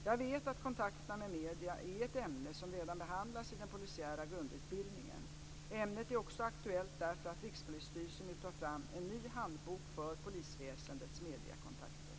Jag vet att kontakterna med medierna är ett ämne som redan behandlas i den polisiära grundutbildningen. Ämnet är också aktuellt därför att Rikspolisstyrelsen nu tar fram en ny handbok för polisväsendets mediekontakter.